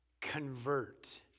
convert